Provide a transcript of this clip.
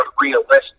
realistic